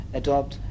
adopt